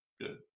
Good